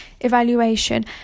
Evaluation